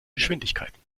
geschwindigkeiten